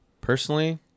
Personally